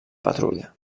patrulla